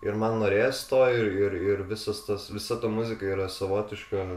ir man norėjosi to ir ir ir visas tas visa ta muzika yra savotiška